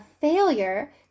failure